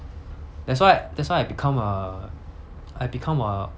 that's why that's why I become a I become a